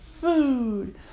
food